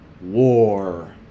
war